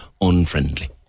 unfriendly